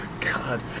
God